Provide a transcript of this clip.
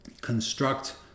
construct